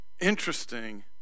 interesting